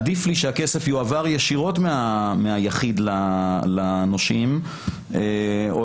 עדיף לי שהכסף יועבר ישירות מהיחיד לנושים או